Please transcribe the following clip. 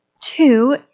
Two